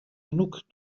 genug